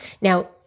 Now